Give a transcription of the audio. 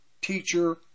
teacher